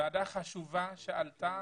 ועדה חשובה שהעלתה